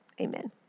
Amen